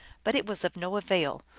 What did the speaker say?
but it was of no avail,